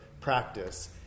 practice